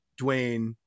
Dwayne